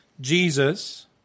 Jesus